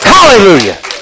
Hallelujah